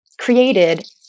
created